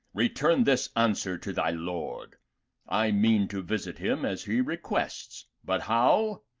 return this answer to thy lord i mean to visit him as he requests but how?